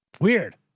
weird